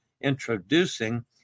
introducing